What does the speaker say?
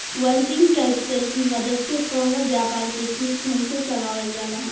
working capital की मदद से कवनो व्यापार के ठीक ढंग से चलावल जाला